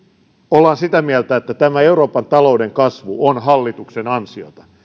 ollaan sitä mieltä että tämä euroopan talouden kasvu on hallituksen ansiota